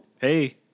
Hey